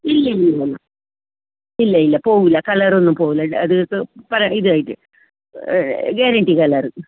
ഇല്ല ഇല്ല ഇല്ല ഇല്ല ഇല്ല പോവില്ല കളറൊന്നും പോവില്ല അത് ഇപ്പോൾ ഇതായിട്ട് ഗ്യാരൻറ്റി